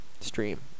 stream